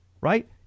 right